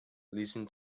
listen